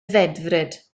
ddedfryd